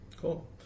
Cool